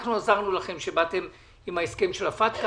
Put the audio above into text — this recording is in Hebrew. אנחנו עזרנו לכם כשבאתם עם ההסכם של הפטקא,